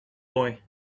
boy